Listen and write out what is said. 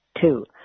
Two